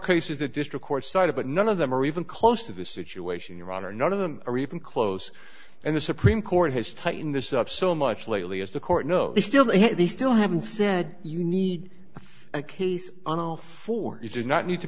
cases the district court cited but none of them are even close to the situation your honor none of them are even close and the supreme court has tighten this up so much lately as the court no they still they still haven't said you need a case on all fours you do not need to